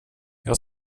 jag